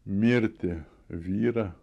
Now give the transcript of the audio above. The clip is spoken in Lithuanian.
mirti vyrą